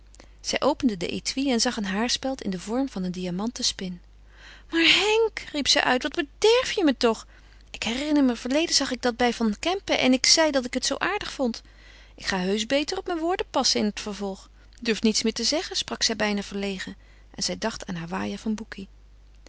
zij opende den étui en zag een haarspeld in den vorm van een diamanten spin maar henk riep zij uit wat bederf je me toch ik herinner me verleden zag ik dat bij van kempen en ik zei dat ik het zoo aardig vond ik ga heusch beter op mijn woorden passen in het vervolg durf niets meer zeggen sprak zij bijna verlegen en zij dacht aan haar waaier van